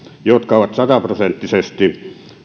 jotka ovat sataprosenttisesti